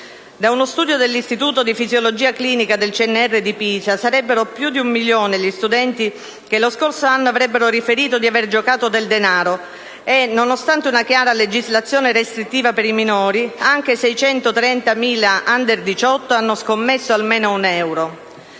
uno studio dell'Istituto di fisiologia clinica del CNR di Pisa, sarebbero più di un milione gli studenti che lo scorso anno avrebbero riferito di aver giocato del denaro e, nonostante una chiara legislazione restrittiva per i minori, anche 630.000 *under* 18 hanno scommesso almeno un euro.